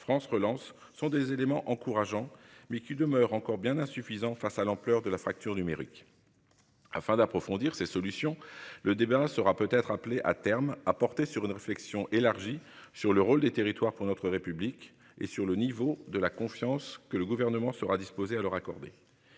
France relance, sont des éléments encourageants mais qui demeure encore bien insuffisant face à l'ampleur de la fracture numérique. Afin d'approfondir ces solutions. Le débat sera peut être appelé à terme à porter sur une réflexion élargie sur le rôle des territoires pour notre République et sur le niveau de la confiance que le gouvernement sera disposé à leur accorder.